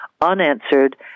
unanswered